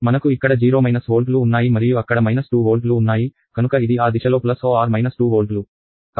మనకు ఇక్కడ 0 వోల్ట్లు ఉన్నాయి మరియు అక్కడ 2 వోల్ట్లు ఉన్నాయి కనుక ఇది ఆ దిశలో ± 2 వోల్ట్లు